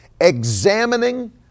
examining